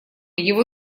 его